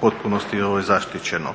potpunosti zaštićeno.